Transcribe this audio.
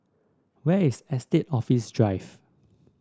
where is Estate Office Drive